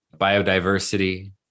biodiversity